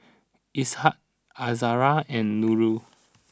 Ishak Izzara and Nurul